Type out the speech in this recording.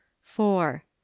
four